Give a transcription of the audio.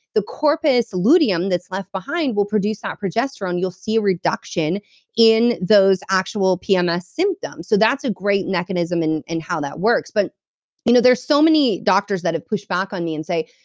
the corpus luteum that's left behind will produce that progesterone. you'll see a reduction in those actual pms um ah symptoms so that's a great mechanism in in how that works, but you know there's so many doctors that've pushed back on me, and say,